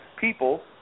people